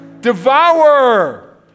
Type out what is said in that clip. devour